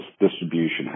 distribution